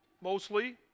mostly